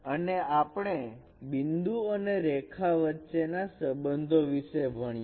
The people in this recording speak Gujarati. અને આપણે બિંદુ અને રેખા વચ્ચે ના સંબંધો વિષે ભણ્યા